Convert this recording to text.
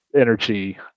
energy